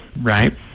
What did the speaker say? Right